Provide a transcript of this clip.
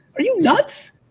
are you nuts?